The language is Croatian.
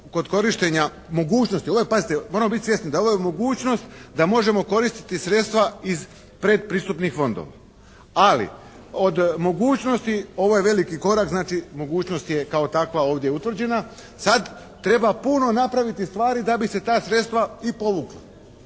kod korištenja mogućnosti, pazite moramo biti svjesni da ovo je mogućnost da možemo koristiti sredstva iz predpristupnih fondova. Ali od mogućnosti, ovo je veliki korak, znači mogućnost je kao takva ovdje utvrđena. Sad treba puno napraviti stvari da bi se ta sredstva i povukla.